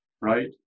Right